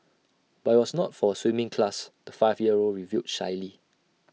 but IT was not for A swimming class the five year old revealed shyly